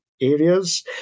areas